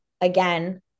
again